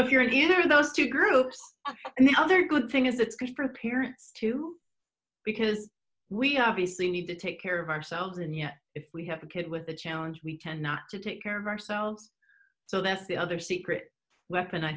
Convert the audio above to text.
if you're in either of those two groups and the other good thing is it's going to prepare to because we obviously need to take care of ourselves and yet if we have a kid with a challenge we can not to take care of ourselves so that's the other secret weapon i